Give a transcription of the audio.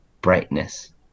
brightness